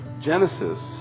Genesis